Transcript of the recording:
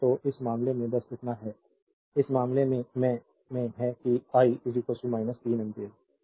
तो इस मामले में बस इतना है इस मामले में है कि आई 3 एम्पीयर